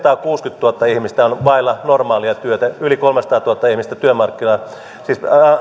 neljäsataakuusikymmentätuhatta ihmistä on vailla normaalia työtä yli kolmesataatuhatta ihmistä